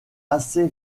assez